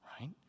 right